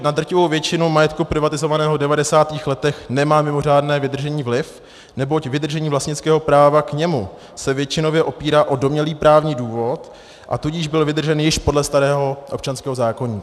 Na drtivou většinu majetku privatizovaného v 90. letech nemá mimořádné vydržení vliv, neboť vydržení vlastnického práva k němu se většinově opírá o domnělý právní důvod, a tudíž byl vydržen již podle starého občanského zákoníku.